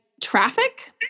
traffic